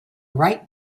right